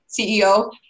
CEO